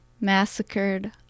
massacred